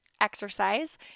exercise